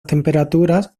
temperaturas